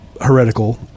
heretical